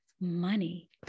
money